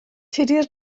tudur